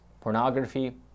pornography